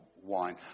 wine